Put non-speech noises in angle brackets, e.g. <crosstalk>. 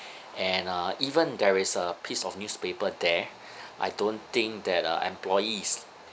and uh even there is a piece of newspaper there <breath> I don't think that uh employees